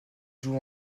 joue